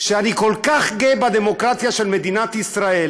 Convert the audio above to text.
שאני כל כך גאה בדמוקרטיה של מדינת ישראל,